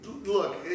Look